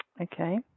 Okay